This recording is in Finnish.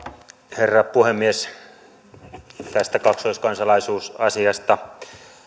herra puhemies tästä kaksoiskansalaisuusasiasta